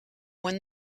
when